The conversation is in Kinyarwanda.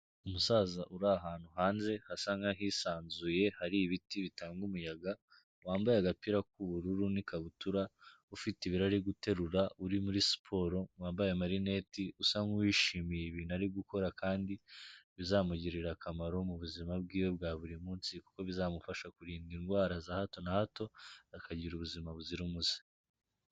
Umusaza uri ahantu hanze hasa nk'ahisanzuye, hari ibiti bitanga umuyaga, wambaye agapira k'ubururu n'ikabutura, ufite ibiro ari guterura, uri muri siporo, wambaye amarineti, usa nk'uwishimiye ibintu ari gukora kandi bizamugirira akamaro mu buzima bwiwe bwa buri munsi kuko bizamufasha kurinda indwara za hato na hato, akagira ubuzima buzira umuze.